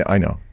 i know.